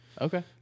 Okay